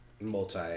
Multi